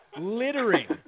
littering